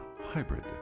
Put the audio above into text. Hybrid